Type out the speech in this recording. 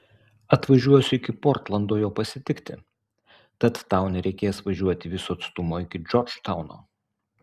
atvažiuosiu iki portlando jo pasitikti tad tau nereikės važiuoti viso atstumo iki džordžtauno